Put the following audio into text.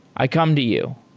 i come to you.